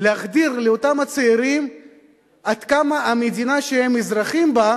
להחדיר לאותם צעירים עד כמה המדינה שהם אזרחים בה,